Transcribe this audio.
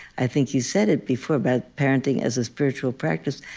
i think you said it before about parenting as a spiritual practice.